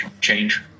change